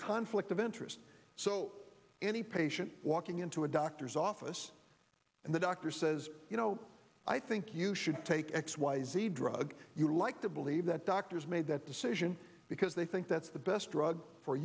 conflict of interest so any patient walking into a doctor's office and the doctor says you know i think you should take x y z drug you like to believe that doctors made that decision because they think that's the best drug for